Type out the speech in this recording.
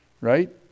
right